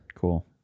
Cool